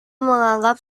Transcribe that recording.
menganggap